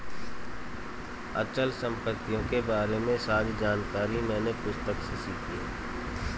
अचल संपत्तियों के बारे में सारी जानकारी मैंने पुस्तक से सीखी है